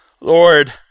Lord